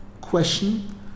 Question